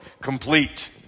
complete